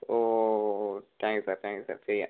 oh thank you sir thank you sir ചെയ്യാം